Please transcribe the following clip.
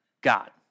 God